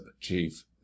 chief